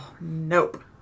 Nope